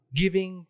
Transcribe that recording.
giving